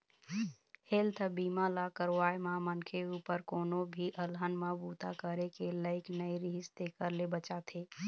health बीमा ल करवाए म मनखे उपर कोनो भी अलहन म बूता करे के लइक नइ रिहिस तेखर ले बचाथे